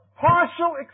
partial